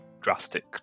drastic